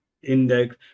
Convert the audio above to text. Index